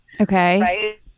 Okay